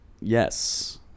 Yes